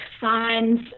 signs